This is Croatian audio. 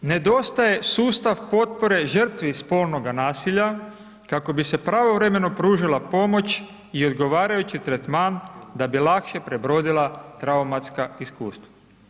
Nedostaje sustav potpore žrtvi spolnoga nasilja kako bi se pravovremeno pružila pomoć i odgovarajući tretman da bi lakše prebrodila traumatska iskustva.